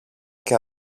και